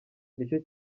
nicyo